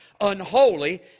unholy